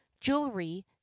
jewelry